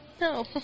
No